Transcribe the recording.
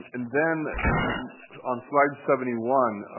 and then on slide seventy one,